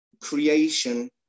creation